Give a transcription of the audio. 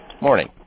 morning